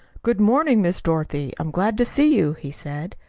good-morning, miss dorothy. i'm glad to see you, he said.